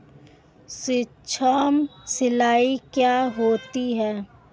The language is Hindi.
सुक्ष्म सिंचाई क्या होती है?